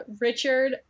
Richard